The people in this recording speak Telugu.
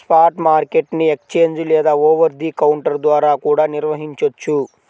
స్పాట్ మార్కెట్ ని ఎక్స్ఛేంజ్ లేదా ఓవర్ ది కౌంటర్ ద్వారా కూడా నిర్వహించొచ్చు